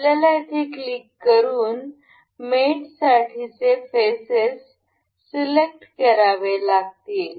आपल्याला तेथे क्लिक करून मेट साठी चे फेसेस सिलेक्ट करावे लागतील